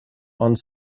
ond